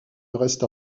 resta